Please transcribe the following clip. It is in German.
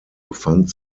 befand